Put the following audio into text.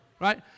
right